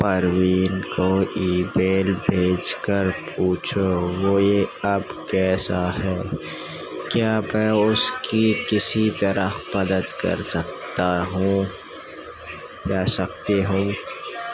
پروین کو email بھیج کر پوچھو وہ یہ اب کیسا ہے کیا میں اس کی کسی طرح مدد کر سکتا ہوں یا سکتی ہوں